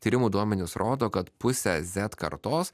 tyrimų duomenys rodo kad pusė zet kartos